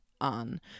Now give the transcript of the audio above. on